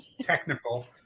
technical